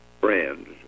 friends